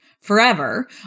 forever